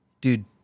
dude